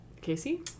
Casey